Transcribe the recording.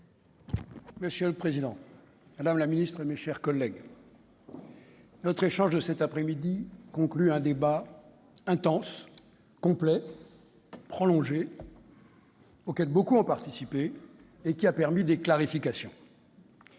Monsieur le président, madame la ministre, mes chers collègues, notre échange de cet après-midi conclut un débat intense, complet, prolongé, auquel beaucoup ont participé et qui a permis d'aboutir à des clarifications.